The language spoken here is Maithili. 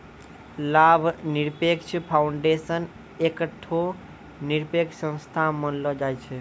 लाभ निरपेक्ष फाउंडेशन एकठो निरपेक्ष संस्था मानलो जाय छै